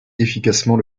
efficacement